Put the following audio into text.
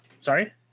sorry